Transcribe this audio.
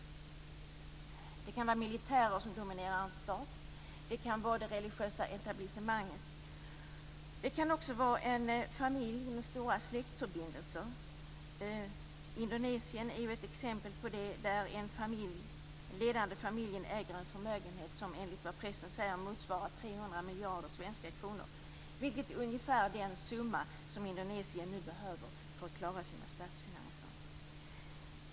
Det kan gälla militärer som dominerar en stat. Det kan gälla det religiösa etablissemanget. Det kan också gälla en familj med stora släktförbindelser. Indonesien är ett exempel på det, där den ledande familjen äger en förmögenhet som enligt vad pressen säger motsvarar 300 miljarder svenska kronor, vilket är ungefär den summa som Indonesien nu behöver för att klara sina statsfinanser.